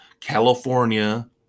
California